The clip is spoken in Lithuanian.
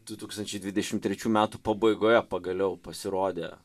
du tūkstančiai dvidešim trečių metų pabaigoje pagaliau pasirodė